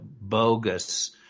bogus